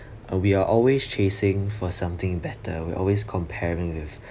uh we are always chasing for something better we always comparing with